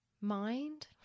mind